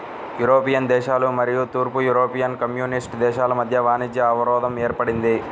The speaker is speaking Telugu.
యూరోపియన్ దేశాలు మరియు తూర్పు యూరోపియన్ కమ్యూనిస్ట్ దేశాల మధ్య వాణిజ్య అవరోధం ఏర్పడింది